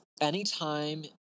anytime